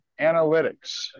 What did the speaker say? Analytics